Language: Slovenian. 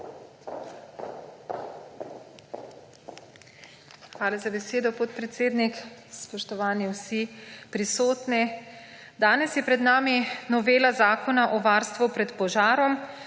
Hvala za besedo, podpredsednik. Spoštovani vsi prisotni! Danes je pred nami novela Zakona o varstvu pred požarom,